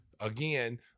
again